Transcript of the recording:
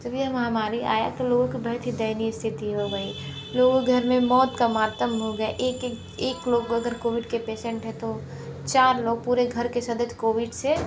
जब यह महामारी आया तो लोगों को बहुत ही दयनीय स्थिति हो गई लोग घर में मौत का मातम हो गया एक एक एक लोग अगर कोविड के पेशेंट हैं तो चार लोग पूरे घर के सदस्य कोविड से